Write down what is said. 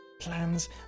plans